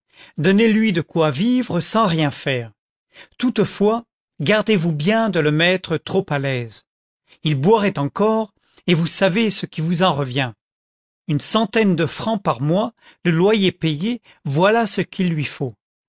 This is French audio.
donnez lu de quoi vivre sans rien faire toutefois gardez-vous bien de le mettre trop à l'aise il boirait encore et voui savez ce qui vous en revient une centaine de francs par mois le loyer payé voilà ce qu'il lui faut